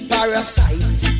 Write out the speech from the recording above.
Parasite